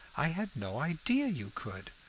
i had no idea you could.